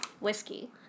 Whiskey